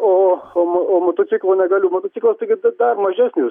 o moto motociklu negaliu motociklas taigi dar mažesnis